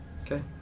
Okay